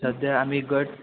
सध्या आम्ही गट